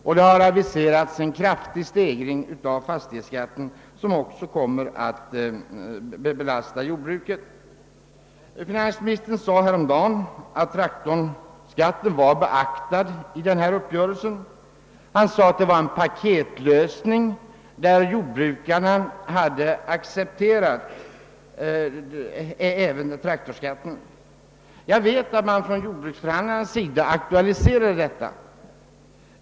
Det har vidare aviserats en kraftig stegring av fastighetsskatterna, som också kommer att belasta jordbruket. Finansministern sade häromdagen att traktorskatten hade beaktats i denna uppgörelse. Han sade att det var en paketlösning och att jordbrukarna hade accepterat även traktorskatten. Jag vet att jordbruksförhandlarna aktualiserade detta.